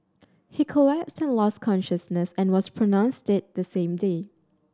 he collapsed and lost consciousness and was pronounced dead the same day